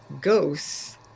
ghosts